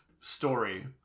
story